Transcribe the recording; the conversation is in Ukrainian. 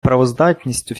правоздатність